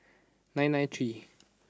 nine nine three